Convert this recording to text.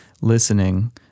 listening